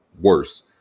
worse